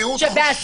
קהות חושים.